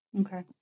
Okay